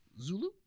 zulu